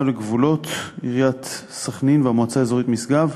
לגבולות עיריית סח'נין והמועצה האזורית משגב,